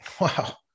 Wow